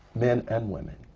men and women.